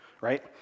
right